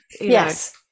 Yes